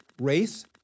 Race